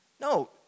No